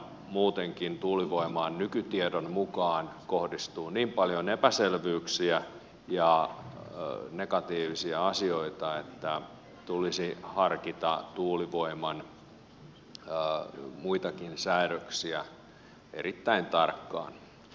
muutenkin tuulivoimaan nykytiedon mukaan kohdistuu niin paljon epäselvyyksiä ja negatiivisia asioita että tulisi harkita tuulivoiman muitakin säädöksiä erittäin tarkkaan